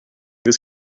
this